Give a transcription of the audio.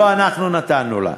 לא אנחנו נתנו לה.